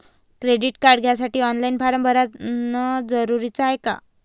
Credit card घ्यासाठी online form भरन जरुरीच हाय का?